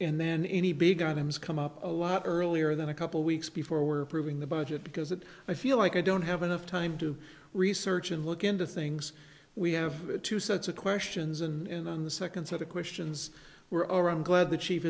and then any big items come up a lot earlier than a couple weeks before were approving the budget because it i feel like i don't have enough time to research and look into things we have two sets of questions and then the second set of questions were around glad the chief